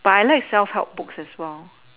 but I like self help book as well